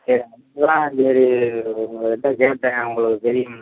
சரி அதுதான் சரி உங்ககிட்ட கேட்டேன் உங்களுக்கு தெரியன்னாங்க